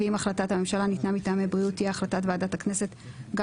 ואם החלטת הממשלה ניתנה מטעמי בריאות תהיה החלטת ועדת הכנסת גם